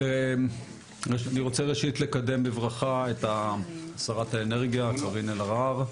אני רוצה ראשית לקדם בברכה את שרת האנרגיה קארין אלהרר,